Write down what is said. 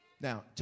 Now